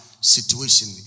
situation